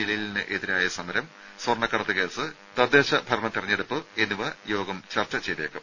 ജലീലിനെതിരായ സമരം സ്വർണക്കടത്ത് കേസ് തദ്ദേശ ഭരണ തെരഞ്ഞെടുപ്പ് എന്നിവ യോഗം ചർച്ച ചെയ്തേക്കും